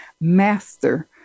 master